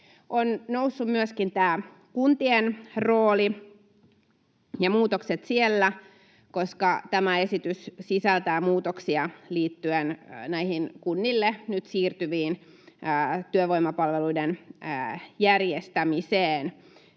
On noussut myöskin tämä kuntien rooli ja muutokset siellä, koska tämä esitys sisältää muutoksia liittyen kunnille nyt siirtyvien työvoimapalveluiden järjestämiseen.